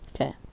Okay